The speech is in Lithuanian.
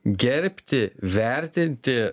gerbti vertinti